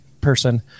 person